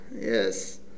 yes